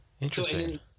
Interesting